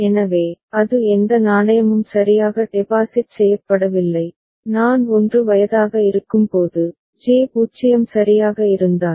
எனவே அது எந்த நாணயமும் சரியாக டெபாசிட் செய்யப்படவில்லை நான் 1 வயதாக இருக்கும்போது ஜே 0 சரியாக இருந்தால்